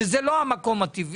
אבל זה לא המקום הטבעי.